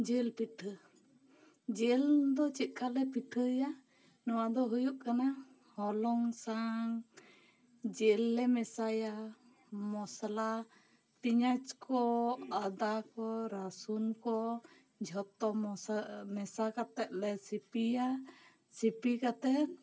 ᱡᱤᱞ ᱯᱤᱴᱷᱟᱹ ᱡᱤᱞ ᱫᱚ ᱪᱮᱫ ᱞᱮᱠᱟ ᱞᱮ ᱯᱤᱴᱷᱟᱹ ᱭᱟ ᱱᱚᱣᱟ ᱫᱚ ᱦᱩᱭᱩᱜ ᱠᱟᱱᱟ ᱦᱚᱞᱚᱝ ᱥᱟᱶ ᱡᱤᱞ ᱞᱮ ᱢᱮᱥᱟᱭᱟ ᱢᱚᱥᱟᱞᱟ ᱯᱤᱭᱟᱸᱡᱽ ᱠᱚ ᱟᱫᱟ ᱠᱚ ᱨᱟᱹᱥᱩᱱ ᱠᱚ ᱡᱷᱚᱛᱚ ᱢᱚᱥᱟ ᱢᱮᱥᱟ ᱠᱟᱛᱮ ᱞᱮ ᱥᱤᱯᱤᱭᱟ ᱥᱤᱯᱤ ᱠᱟᱛᱮ